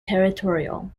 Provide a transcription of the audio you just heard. territorial